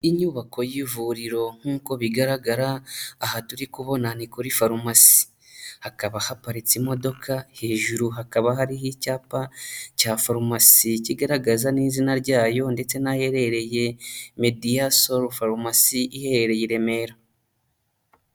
Inyubako y'ivuriro nk'uko bigaragara aha turi kubona ni kuri farumasi, hakaba haparitse imodoka hejuru hakaba hariho icyapa cya farumasi kigaragaza n'izina ryayo ndetse n'aherereye, Media soro farumasi iherereye i Remera.